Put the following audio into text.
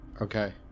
Okay